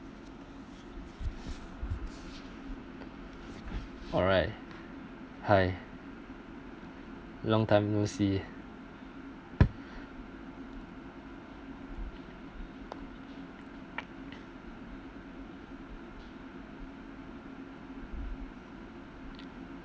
alright hi long time no see